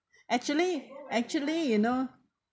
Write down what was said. actually actually you know